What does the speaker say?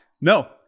No